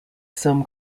some